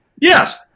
Yes